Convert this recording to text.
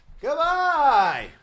Goodbye